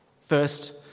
First